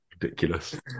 ridiculous